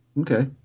Okay